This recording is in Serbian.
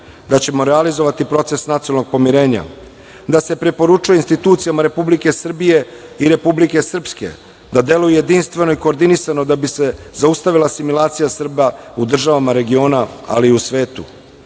da ćemo realizovati proces nacionalnog pomirenja;- da se preporučuje institucijama Republike Srbije i Republike Srpske da deluju jedinstveno i koordinisano da bi se zaustavila asimilacija Srba u državama regiona, ali i u svetu;-